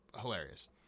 hilarious